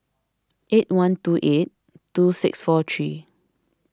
eight one two eight two six four three